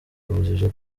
urujijo